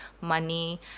money